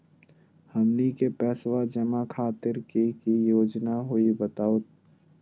हमनी के पैसवा जमा खातीर की की योजना हई बतहु हो?